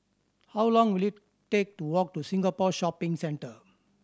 how long will it take to walk to Singapore Shopping Centre